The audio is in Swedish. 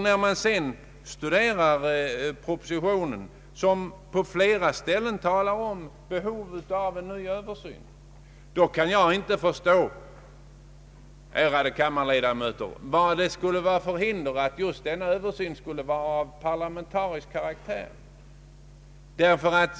När jag sedan studerar propositionen, som på flera ställen talar om behovet av en ny översyn, kan jag inte förstå, ärade kammarledamöter, vad det skulle finnas för hinder för att just denna översyn skulle vara av parlamentarisk karaktär.